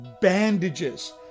bandages